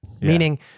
Meaning